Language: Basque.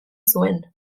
zuen